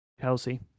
Chelsea